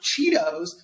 Cheetos